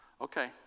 Okay